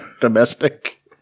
Domestic